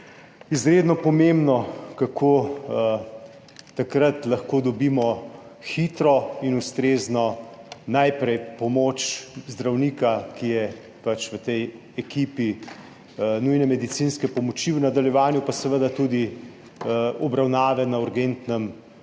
izredno pomembno, kako takrat lahko dobimo hitro in ustrezno najprej pomoč zdravnika, ki je pač v tej ekipi nujne medicinske pomoči, v nadaljevanju pa seveda tudi obravnave na urgentnem